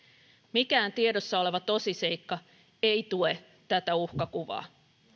mikään tiedossa oleva tosiseikka ei tue tätä uhkakuvaa